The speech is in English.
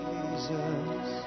Jesus